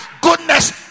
goodness